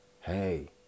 Hey